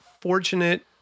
fortunate